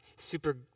Super